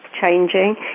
changing